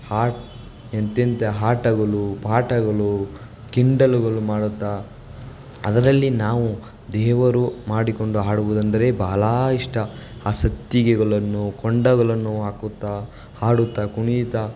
ಆಟ ಎಂಥೆಂಥ ಆಟಗಳು ಪಾಠಗಳು ಕಿಂಡಲ್ಲುಗಳು ಮಾಡುತ್ತಾ ಅದರಲ್ಲಿ ನಾವು ದೇವರು ಮಾಡಿಕೊಂಡು ಆಡುವುದಂದರೆ ಭಾಳಾ ಇಷ್ಟ ಆ ಸತ್ತಿಗೆಗಳನ್ನು ಕೊಂಡಗಳನ್ನು ಹಾಕುತ್ತ ಹಾಡುತ್ತ ಕುಣಿಯುತ್ತ